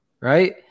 right